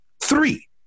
Three